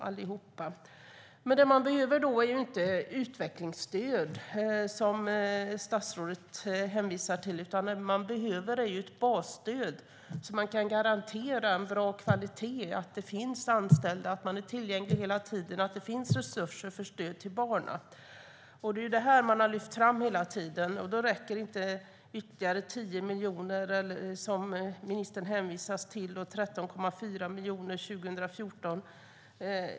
Det kvinnojourerna behöver är inte utvecklingsstöd, som statsrådet hänvisar till, utan de behöver ett basstöd så att de kan garantera god kvalitet, att det finns anställda som är tillgängliga hela tiden och att det finns resurser för stöd till barnen. Det har kvinnojourerna hela tiden lyft fram. Då räcker inte ytterligare 10 miljoner som statsrådet hänvisar till, eller de 13,4 miljonerna för 2014.